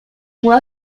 mudó